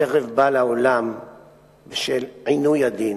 "חרב באה לעולם בשל עינוי הדין",